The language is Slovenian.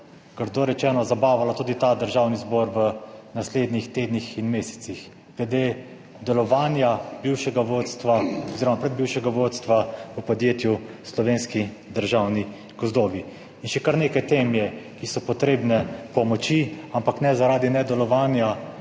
grdo rečeno, zabavala tudi ta Državni zbor v naslednjih tednih in mesecih, glede delovanja bivšega vodstva oziroma pred bivšega vodstva v podjetju Slovenski državni gozdovi in še kar nekaj tem je, ki so potrebne pomoči, ampak ne zaradi nedelovanja